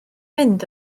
mynd